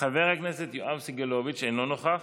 חבר הכנסת יואב סגלוביץ' אינו נוכח,